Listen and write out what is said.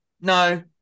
No